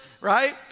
right